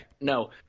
No